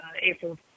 April